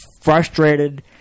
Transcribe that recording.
frustrated